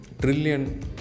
trillion